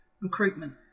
recruitment